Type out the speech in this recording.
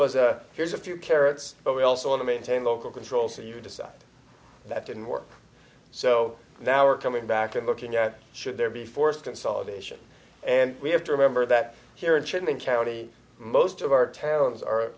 was a here's a few carrots but we also want to maintain local control so you decide that didn't work so now are coming back and looking at should there be forced consolidation and we have to remember that here in trenton county most of our towns are